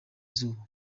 izuba